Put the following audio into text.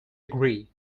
agree